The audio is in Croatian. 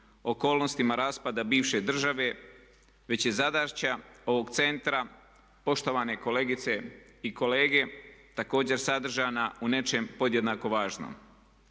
okolnostima raspada bivše države već je zadaća ovog centra poštovane kolegice i kolege također sadržana u nečemu podjednako važnom,